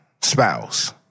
spouse